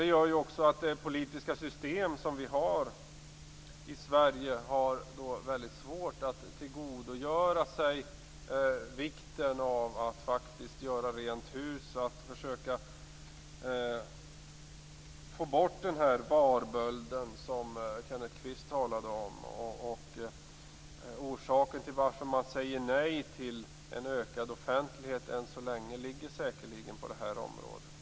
Det gör också att det politiska system som vi har i Sverige har väldigt svårt att tillgodogöra sig vikten av att faktiskt göra rent hus och försöka få bort den här varbölden, som Kenneth Kvist talade om. Orsaken till att man än så länge säger nej till en ökad offentlighet ligger säkerligen på det här området.